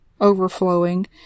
overflowing